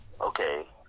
okay